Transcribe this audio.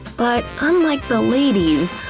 but unlike the ladies,